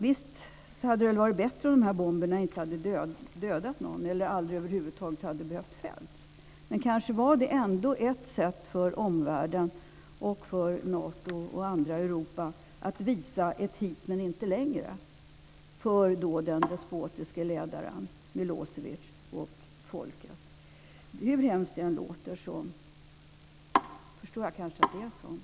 Visst hade det varit bättre om bomberna inte hade dödat någon, eller om de aldrig över huvud taget hade behövt fällas. Men kanske var det ändå ett sätt för omvärlden, för Nato och för andra i Europa att visa ett hit-men-inte-längre för den despotiske ledaren Milosevic och folket. Hur hemskt det än låter förstår jag kanske att det är så.